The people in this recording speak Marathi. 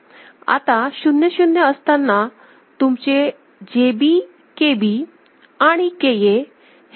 आता 0 0 असताना तुमचे JB KB आणि KA हे नेहमी 1 असेल